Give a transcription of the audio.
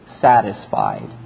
satisfied